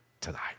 tonight